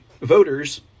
voters